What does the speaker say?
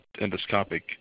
endoscopic